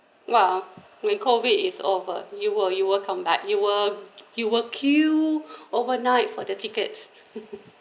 !wah! when COVID is over you will you will come back you will you will queue overnight for the tickets